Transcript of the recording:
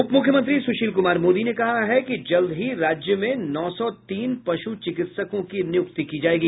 उप मुख्यमंत्री सुशील कुमार मोदी ने कहा है कि जल्द ही राज्य में नौ सौ तीन पशु चिकित्सकों की नियुक्ति की जायेगी